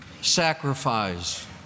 Sacrifice